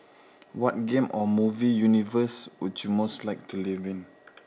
what game or movie universe would you most like to live in